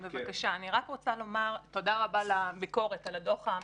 תודה רבה על הביקורת על הדוח המקיף.